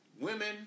women